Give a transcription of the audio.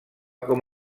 com